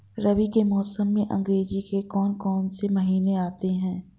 रबी के मौसम में अंग्रेज़ी के कौन कौनसे महीने आते हैं?